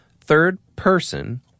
third-person